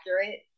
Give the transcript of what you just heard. accurate